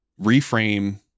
Reframe